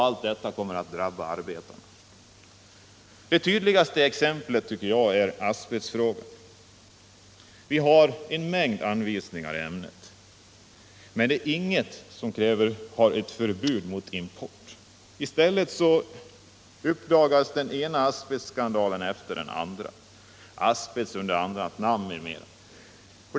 Allt detta kommer att drabba arbetarna. Det tydligaste exemplet är asbesten. Det finns en mängd anvisningar i ämnet men inget förbud mot import. I stället uppdagas den ena asbestskandalen efter den andra — asbest under annat namn m.m.